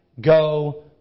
go